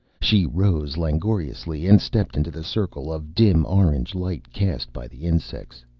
she rose langorously and stepped into the circle of dim orange light cast by the insects.